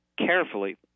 Carefully